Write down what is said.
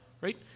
right